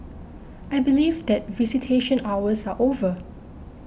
I believe that visitation hours are over